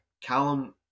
Callum